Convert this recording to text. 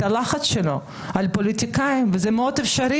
את הלחץ שלו על פוליטיקאים וזה מאוד אפשרי